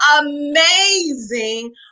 amazing